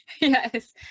Yes